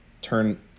turn